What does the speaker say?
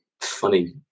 funny